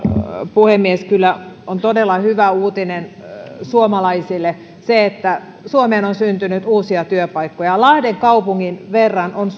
puhemies kyllä on todella hyvä uutinen suomalaisille se että suomeen on syntynyt uusia työpaikkoja lahden kaupungin verran suomalaisia on